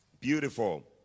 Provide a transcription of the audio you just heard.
Beautiful